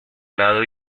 lado